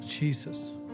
Jesus